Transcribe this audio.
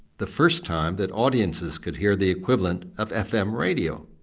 the first time that audiences could hear the equivalent of fm radio.